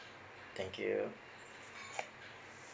thank you